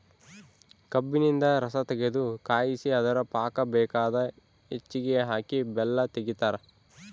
ಕಬ್ಬಿನಿಂದ ರಸತಗೆದು ಕಾಯಿಸಿ ಅದರ ಪಾಕ ಬೇಕಾದ ಹೆಚ್ಚಿಗೆ ಹಾಕಿ ಬೆಲ್ಲ ತೆಗಿತಾರ